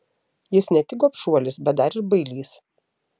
jis ne tik gobšuolis bet dar ir bailys